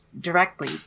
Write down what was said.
directly